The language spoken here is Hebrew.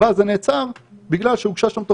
אבל זה נעצר בגלל שהוגשה שם תוכנית,